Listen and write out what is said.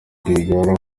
rwigara